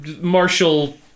Marshall